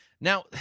Now